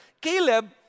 Caleb